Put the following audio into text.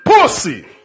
pussy